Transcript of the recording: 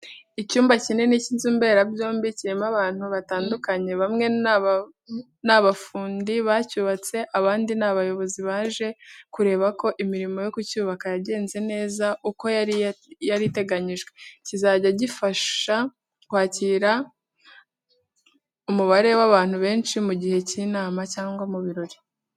Icyumba kinini cy'inzu mberabyombi kirimo abantu batandukanye, bamwe ni abafundi bacyubatse, abandi ni abayobozi baje kureba ko imirimo yo kucyubaka yagenze neza uko yari iteganyijwe. Kizajya gifasha kwakira umubare w'abantu benshi mu gihe cy'inama cyangwa mu birori.